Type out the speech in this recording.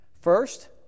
First